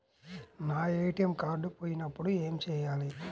నా ATM card పోయినప్పుడు ఏమి చేయాలి?